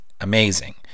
amazing